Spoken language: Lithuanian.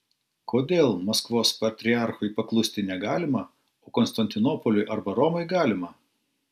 kodėl maskvos patriarchui paklusti negalima o konstantinopoliui arba romai galima